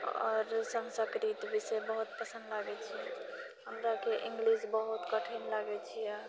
आओर संस्कृत विषय बहुत पसन्द लागैत छै हमराके इङ्गलिश बहुत कठिन लागैत छियै